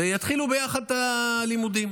ויתחילו ביחד את הלימודים.